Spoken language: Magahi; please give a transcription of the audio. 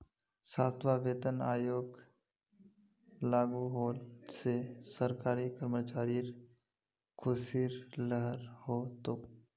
सातवां वेतन आयोग लागू होल से सरकारी कर्मचारिर ख़ुशीर लहर हो तोक